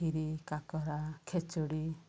ଖିରି କାକରା ଖେଚୁଡ଼ି